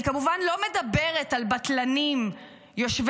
אני כמובן לא מדברת על בטלנים יושבי